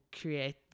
create